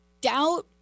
Doubt